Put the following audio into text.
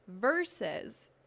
versus